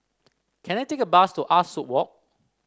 can I take a bus to Ah Soo Walk